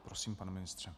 Prosím, pane ministře.